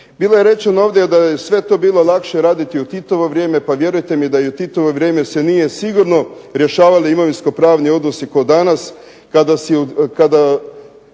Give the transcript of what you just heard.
Bilo je rečeno ovdje da je sve to bilo lakše raditi u Titovo vrijeme. Pa vjerujte mi da je u Titovo vrijeme se nije sigurno rješavali imovinsko-pravni odnosi kao danas, kada